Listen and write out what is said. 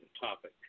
topic